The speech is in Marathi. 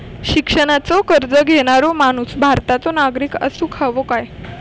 शिक्षणाचो कर्ज घेणारो माणूस भारताचो नागरिक असूक हवो काय?